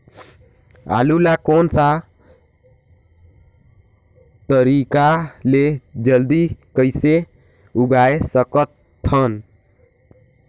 आलू ला कोन सा तरीका ले जल्दी कइसे उगाय सकथन?